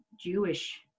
Jewish